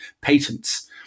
patents